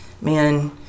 man